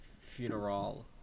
funeral